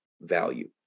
value